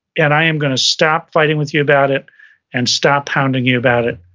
and i am gonna stop fighting with you about it and stop hounding you about it.